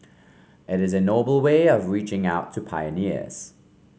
it is a noble way of reaching out to pioneers